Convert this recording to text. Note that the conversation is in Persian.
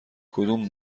کدوم